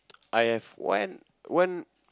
I have one one